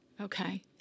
Okay